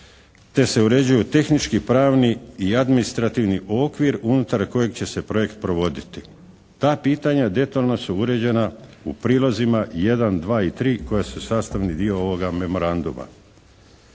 te se uređuju tehnički, pravni i administrativni okvir unutar kojeg će se projekt provoditi. Ta pitanja detaljno su uređena u prilozima 1, 2 i 3 koja su sastavni dio ovoga memoranduma.